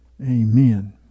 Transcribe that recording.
Amen